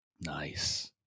Nice